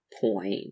point